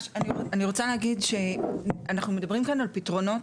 אני רוצה להגיד שאנחנו מדברים כאן על פתרונות